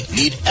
need